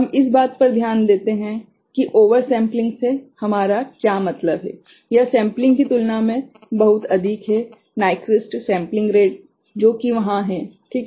हम इस बात पर ध्यान देते हैं कि ओवर सेम्पलिंग से हमारा क्या मतलब है - यह सेम्पलिंग की तुलना में बहुत अधिक है नाइक्वीस्ट सेम्पलिंग रेटजो की वहाँ है ठीक है